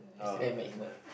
yesterday I met him what